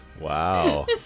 Wow